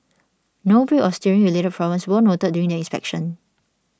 no brake or steering related problems were noted during the inspection